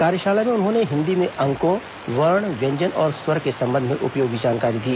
कार्यशाला में उन्होंने हिन्दी में अंकों वर्ण व्यंजन और स्वर के संबंध में उपयोगी जानकारी दी